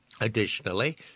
Additionally